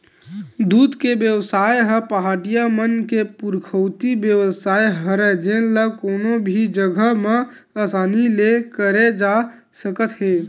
दूद के बेवसाय ह पहाटिया मन के पुरखौती बेवसाय हरय जेन ल कोनो भी जघा म असानी ले करे जा सकत हे